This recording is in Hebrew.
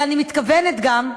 אלא אני מתכוונת גם,